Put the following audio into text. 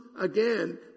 again